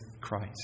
Christ